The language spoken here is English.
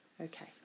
Okay